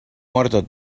muerto